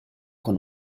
con